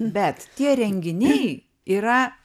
bet tie renginiai yra